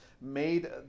made